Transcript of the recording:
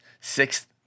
sixth